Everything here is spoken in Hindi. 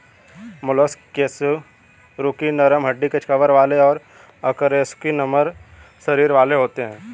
मोलस्क कशेरुकी नरम हड्डी के कवर वाले और अकशेरुकी नरम शरीर वाले होते हैं